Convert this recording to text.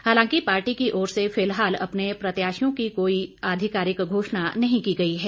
हालांकि पार्टी की ओर से फिलहाल अपने प्रत्याशियों की कोई आधिकारिक घोषणा नहीं की गई है